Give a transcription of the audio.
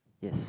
yes